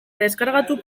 deskargatu